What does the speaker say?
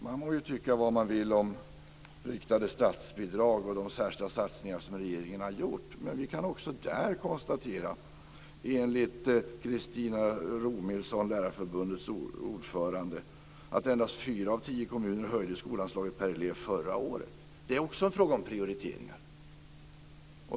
Man må tycka vad man vill om riktade statsbidrag och de särskilda satsningar som regeringen har gjort, men enligt Christer Romilsson, Lärarförbundets ordförande, var det endast fyra av tio kommuner som höjde skolanslaget per elev förra året. Det är också en fråga om prioritering.